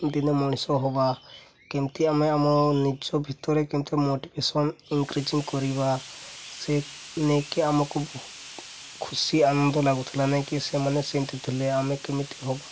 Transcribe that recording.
ଦିନେ ମଣିଷ ହେବା କେମିତି ଆମେ ଆମ ନିଜ ଭିତରେ କେମିତି ମୋଟିଭେସନ୍ ଇନ୍କ୍ରିଜିଂ କରିବା ସେ ନେଇକି ଆମକୁ ଖୁସି ଆନନ୍ଦ ଲାଗୁଥିଲା ନେଇକି ସେମାନେ ସେମିତି ଥିଲେ ଆମେ କେମିତି ହେବା